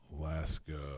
Alaska